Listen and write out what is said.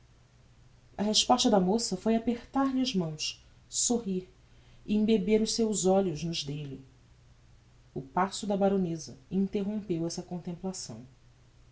a resposta da moça foi apertar-lhe as mãos sorrir e embeber os seus olhos nos delle o passo da baroneza interrompeu esta contemplação